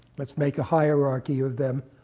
let's make a hierarchy of them,